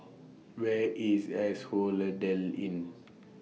Where IS Inn